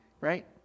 right